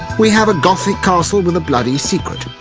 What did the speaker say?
we have a gothic castle with a bloody secret,